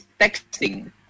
texting